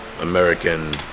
American